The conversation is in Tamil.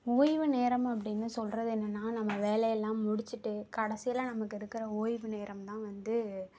ஓய்வு நேரம் அப்படின்னு சொல்வது என்னென்னா நம்ம வேலையெல்லாம் முடிச்சுட்டு கடைசியில் நமக்கு இருக்கிற ஓய்வு நேரம் தான் வந்து